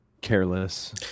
careless